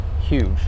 huge